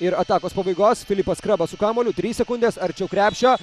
ir atakos pabaigos filipas skrabas su kamuoliu trys sekundės arčiau krepšio